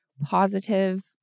positive